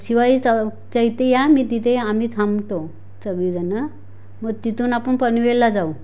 शिवाजी चौकच्या इथे या मी तिथे आम्ही थांबतो सगळीजणं मग तिथून आपण पनवेलला जाऊ